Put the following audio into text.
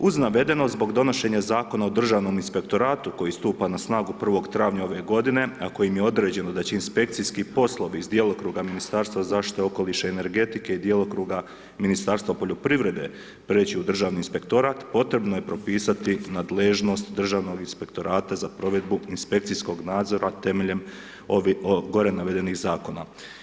Uz navedeno zbog donošenja Zakona o državnom inspektoratu, koji stupa na snagu 1.4. ove godine, a kojima je određeno da će inspekcijski poslovi iz djelokruga Ministarstva zaštite okoliša i energetike i djelokruga Ministarstva poljoprivrede, preći u Državni inspektorat, potrebno je propisati nadležnost državnog inspektorata za provedbu inspekcijskog nadzora temeljem gore navedenih zakona.